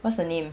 what's the name